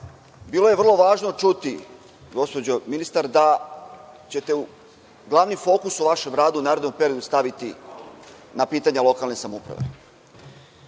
bilo je vrlo važno čuti, gospođo ministar, da ćete u glavni fokus u vašem radu u narednom periodu staviti na pitanje lokalne samouprave. Neću